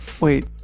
wait